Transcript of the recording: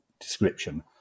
description